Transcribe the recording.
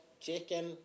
chicken